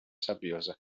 sabbiosa